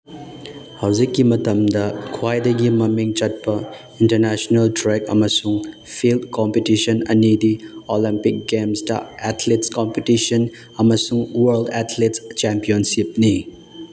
ꯍꯧꯖꯤꯛꯀꯤ ꯃꯇꯝꯗ ꯈ꯭ꯋꯥꯏꯗꯒꯤ ꯃꯃꯤꯡ ꯆꯠꯄ ꯏꯟꯇꯔꯅꯦꯁꯅꯦꯜ ꯇ꯭ꯔꯦꯛ ꯑꯃꯁꯨꯡ ꯐꯤꯜ ꯀꯣꯝꯄꯤꯇꯤꯁꯟ ꯑꯅꯤꯗꯤ ꯑꯣꯂꯦꯝꯄꯤꯛ ꯒꯦꯝꯁꯇ ꯑꯦꯊꯂꯤꯠꯁ ꯀꯣꯝꯄꯤꯇꯤꯁꯟ ꯑꯃꯁꯨꯡ ꯋꯔꯜ ꯑꯦꯊꯂꯤꯠꯁ ꯆꯦꯝꯄꯤꯌꯟꯁꯤꯞꯅꯤ